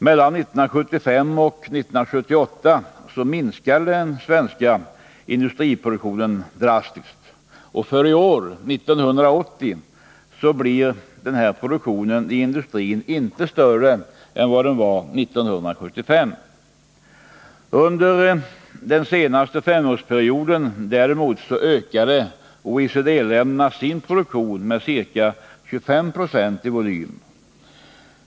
Mellan 1975 och 1978 minskade den svenska industriproduktionen drastiskt, och i år blir industriproduktionen inte större än vad den var 1975. Under den senaste femårsperioden ökade däremot OECD-länderna sin produktion med ca 25 Jo i volym.